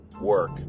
work